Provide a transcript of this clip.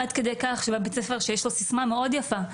עד כדי כך שבבית ספר שיש לו סיסמא מאוד יפה,